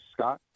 Scott